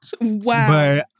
Wow